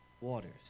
waters